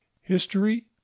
History